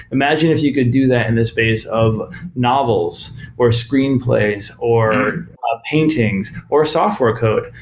imagine if you could do that in the space of novels, or screenplays, or ah paintings, or software code.